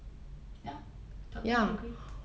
ya totally agree